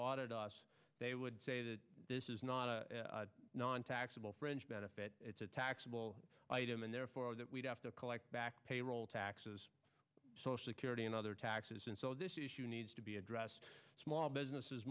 audit us they would say that this is not a nontaxable french benefit it's a taxable item and therefore that we have to collect back payroll taxes social security and other taxes and so this issue needs to be addressed small businesses